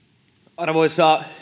arvoisa